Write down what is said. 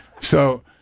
So-